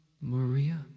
Maria